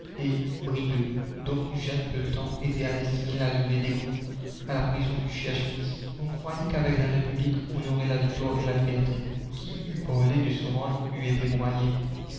brideau dont eugène pelletan était allé signer la levée d'écrou à la prison du cherche-midi on croyait qu'avec la république on aurait la victoire et la liberté qui eût parlé de se rendre eût été broyé